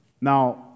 Now